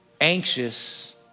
anxious